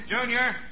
Junior